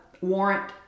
warrant